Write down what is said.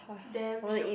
damn shiok